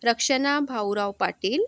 Rakshana Bhaurao Patil